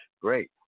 great